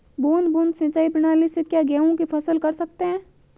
बूंद बूंद सिंचाई प्रणाली से क्या गेहूँ की फसल कर सकते हैं?